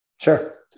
Sure